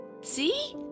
See